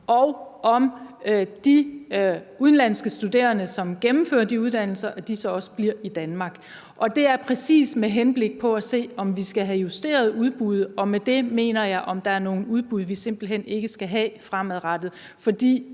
og om de udenlandske studerende, som gennemfører de uddannelser, så også bliver i Danmark. Det er præcis med henblik på at se, om vi skal have justeret udbuddet, og med det mener jeg, om der er nogle udbud, vi simpelt hen ikke skal have fremadrettet,